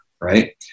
right